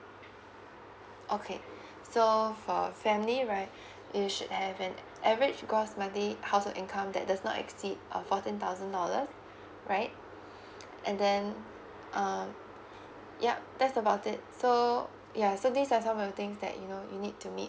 okay so for family right you should have an average gross monthly household income that does not exceed a fourteen thousand dollars right and then um yup that's about it so ya so these are some of the things that you know you need to meet